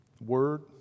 word